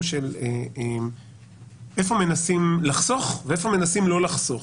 של איפה מנסים לחסוך ואיפה מנסים לא לחסוך.